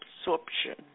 absorption